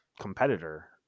competitor